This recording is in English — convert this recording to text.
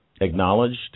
acknowledged